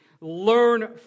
Learn